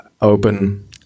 open